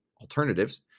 alternatives